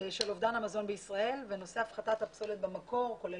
של אובדן המזון בישראל ונושא הפחתת הפסולת במקור כולל